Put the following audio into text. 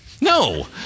No